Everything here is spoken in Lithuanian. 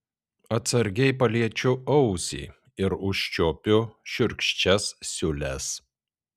atsargiai paliečiu ausį ir užčiuopiu šiurkščias siūles